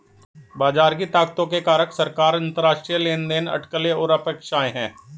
बाजार की ताकतों के कारक सरकार, अंतरराष्ट्रीय लेनदेन, अटकलें और अपेक्षाएं हैं